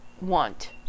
want